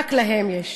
רק להם יש,